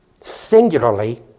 singularly